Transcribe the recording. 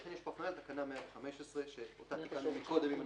לכן יש הפניה לתקנה 115 שאותה תיקנו מקודם.